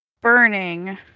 burning